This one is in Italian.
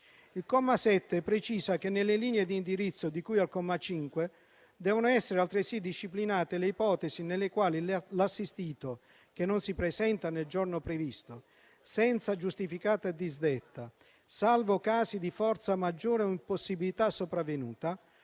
Il comma 7 precisa che, nelle linee di indirizzo di cui al comma 5, devono essere altresì disciplinate le ipotesi nelle quali l'assistito che non si presenta nel giorno previsto senza giustificata disdetta, salvo casi di forza maggiore o impossibilità sopravvenuta,